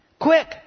Quick